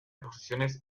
posiciones